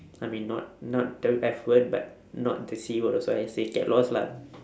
I mean not not the F word but not the C word also I say get lost lah